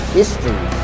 history